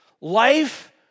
life